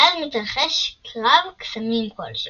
ואז מתרחש קרב קסמים כלשהו,